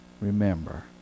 Remember